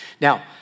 Now